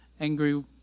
angry